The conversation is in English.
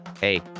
Hey